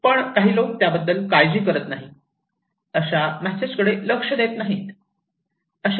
पण काही लोक त्याबद्दल काळजी करत नाही असा मेसेज कडे लक्ष देत नाही